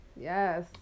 Yes